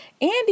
Andy